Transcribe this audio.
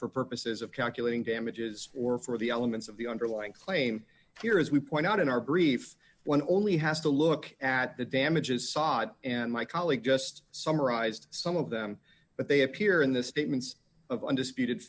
for purposes of calculating damages or for the elements of the underlying claim here as we point out in our brief one only has to look at the damages side and my colleague just summarized some of them but they appear in the statements of undisputed